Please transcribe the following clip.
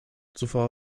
zuvor